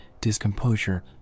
discomposure